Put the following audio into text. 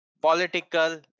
Political